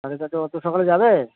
সাড়ে ছটা অত সকালে যাবে